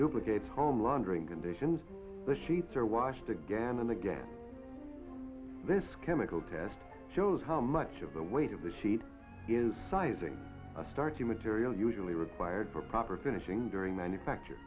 duplicate homeland during conditions the sheets are washed again and again this chemical test shows how much of the weight of the sheet is sizing a starting material usually required for proper finishing during manufacture